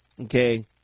Okay